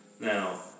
Now